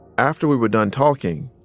after we were done talking,